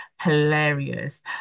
hilarious